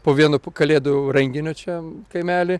po vienu kalėdų renginio čia kaimely